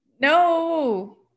No